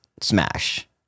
Smash